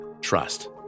Trust